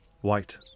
White